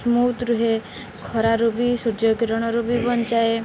smooth ରୁହେ ଖରାରୁ ବି ସୂର୍ଯ୍ୟକିରଣରୁ ବି ବଞ୍ଚାଏ